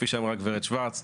כפי שאמרה גברת שוורץ,